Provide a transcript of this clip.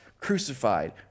crucified